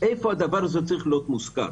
איפה הדבר הזה צריך להיות מוזכר?